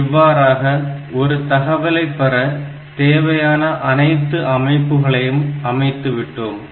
இவ்வாறாக ஒரு தகவலை பெற தேவையான அனைத்து அமைப்புகளையும் அமைத்து விட்டோம்